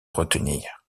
retenir